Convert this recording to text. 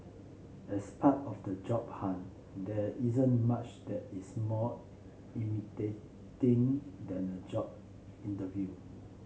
as part of the job hunt there isn't much that is more imitating than a job interview